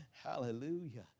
Hallelujah